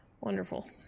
Wonderful